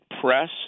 press